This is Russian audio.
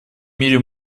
мире